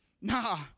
Nah